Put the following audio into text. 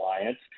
alliance